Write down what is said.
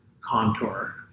contour